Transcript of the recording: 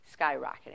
skyrocketing